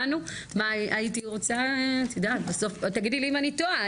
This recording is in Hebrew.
אם תגידי שאני טועה,